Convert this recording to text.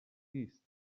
نیست